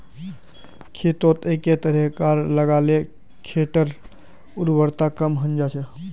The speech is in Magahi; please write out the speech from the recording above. खेतोत एके तरह्कार फसल लगाले खेटर उर्वरता कम हन जाहा